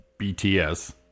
bts